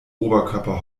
oberkörper